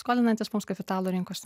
skolinantis mums kapitalo rinkose